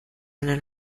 eine